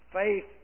faith